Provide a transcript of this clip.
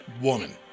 woman